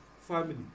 family